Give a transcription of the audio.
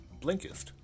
Blinkist